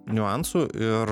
niuansų ir